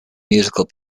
musical